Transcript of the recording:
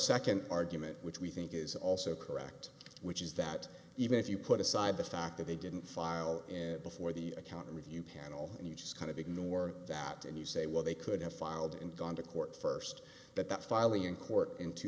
second argument which we think is also correct which is that even if you put aside the stock that they didn't file in before the accounting review panel and you just kind of ignore that and you say well they could have filed in gone to court first but that filing in court in two